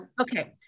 okay